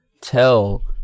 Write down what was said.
tell